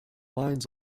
minds